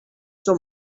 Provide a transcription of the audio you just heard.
sur